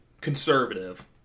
conservative